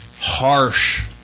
harsh